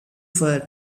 for